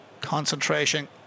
Concentration